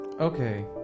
okay